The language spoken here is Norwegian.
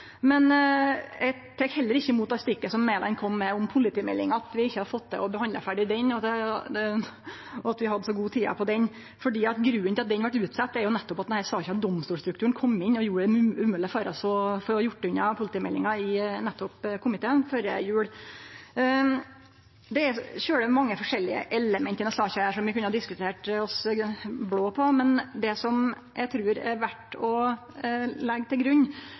men eg tek heller ikkje imot det stikket som Mæland kom med om politimeldinga, at vi ikkje har fått til å behandle ho ferdig, og at vi hadde så god tid på ho. For grunnen til at ho vart utsett, er jo nettopp at denne saka om domstolstrukturen kom inn og gjorde det umogleg for oss i komiteen å få gjort unna politimeldinga før jul. Det er svært mange forskjellige element i denne saka som vi kunne ha diskutert til vi vart blåe, men det eg trur er verdt å leggje til grunn,